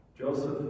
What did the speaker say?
Joseph